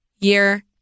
year